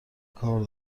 کار